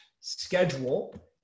schedule